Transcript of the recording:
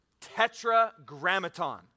tetragrammaton